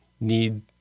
need